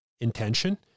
intention